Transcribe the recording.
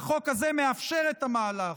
והחוק הזה מאפשר את המהלך,